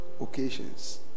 occasions